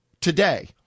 today